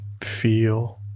feel